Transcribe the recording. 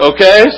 Okay